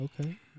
okay